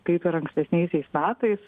kaip ir ankstesniaisiais metais